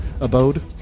abode